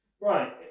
right